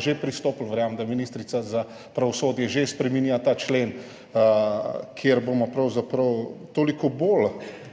že pristopilo, verjamem, da ministrica za pravosodje že spreminja ta člen, kjer bomo pravzaprav toliko bolj